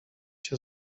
się